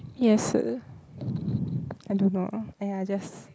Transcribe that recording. yes I don't know !aiya! just